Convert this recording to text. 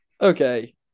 okay